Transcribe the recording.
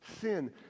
Sin